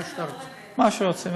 מה שרוצים.